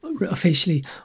officially